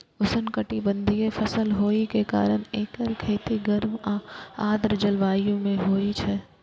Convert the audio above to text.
उष्णकटिबंधीय फसल होइ के कारण एकर खेती गर्म आ आर्द्र जलवायु मे होइ छै